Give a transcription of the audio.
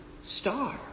star